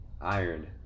iron